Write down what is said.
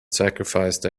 sacrificed